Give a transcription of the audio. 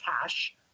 cash